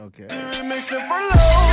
Okay